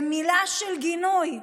ומילה של גינוי?